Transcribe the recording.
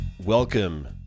Welcome